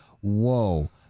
whoa